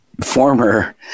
former